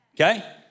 Okay